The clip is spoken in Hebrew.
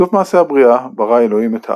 בסוף מעשה הבריאה ברא אלוהים את האדם.